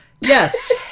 Yes